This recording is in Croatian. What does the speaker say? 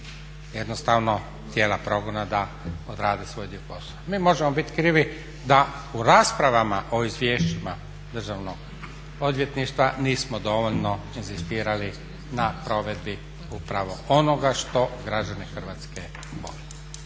jednostavno tijela progona da odrade svoj dio posla. Mi možemo bit krivi da u raspravama o izvješćima Državnog odvjetništva nismo dovoljno inzistirali na provedbi upravo onoga što građani Hrvatske ….